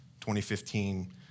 2015